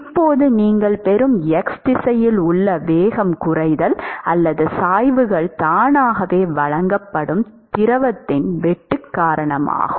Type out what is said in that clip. இப்போது நீங்கள் பெறும் x திசையில் உள்ள வேகம் குறைதல் அல்லது சாய்வுகள் தானாகவே வழங்கப்படும் திரவத்தின் வெட்டு காரணமாகும்